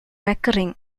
recurring